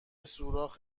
سوراخ